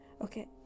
Okay